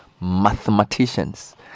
mathematicians